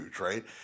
right